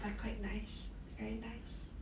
but quite nice very nice